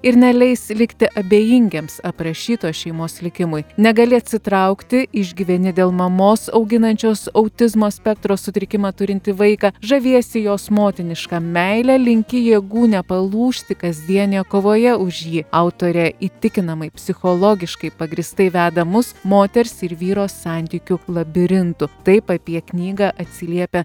ir neleis likti abejingiems aprašytos šeimos likimui negali atsitraukti išgyveni dėl mamos auginančios autizmo spektro sutrikimą turintį vaiką žaviesi jos motiniška meile linki jėgų nepalūžti kasdienėje kovoje už jį autorė įtikinamai psichologiškai pagrįstai veda mus moters ir vyro santykių labirintu taip apie knygą atsiliepia